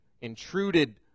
intruded